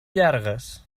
llargues